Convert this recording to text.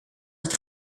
het